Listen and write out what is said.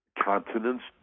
Continents